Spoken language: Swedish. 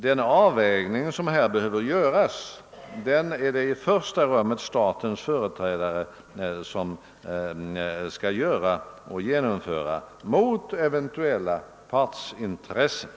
Den politiska avvägning som här behöver göras skall statens företrädare i första hand göra, och den skall genomföras mot eventuella partsintressen.